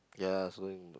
ya so